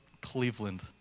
Cleveland